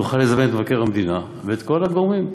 תוכל לזמן את מבקר המדינה ואת כל הגורמים.